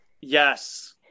Yes